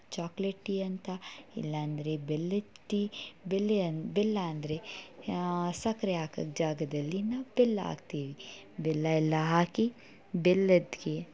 chocolate tea ಅಂತ ಇಲ್ಲಾಂದ್ರೆ ಬೆಲ್ಲದ ಟೀ ಬೆಲ್ಲ ಅಂದ ಬೆಲ್ಲ ಅಂದರೆ ಸಕ್ರೆ ಹಾಕೋ ಜಾಗದಲ್ಲಿ ನಾವು ಬೆಲ್ಲ ಹಾಕ್ತೀವಿ ಬೆಲ್ಲ ಎಲ್ಲ ಹಾಕಿ ಬೆಲ್ಲದಕ್ಕೆ